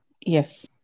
Yes